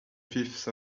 fifth